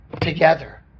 together